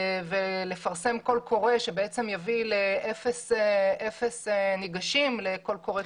ולפרסם קול קורא שיביא לאפס ניגשים לקול קורא